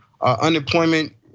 unemployment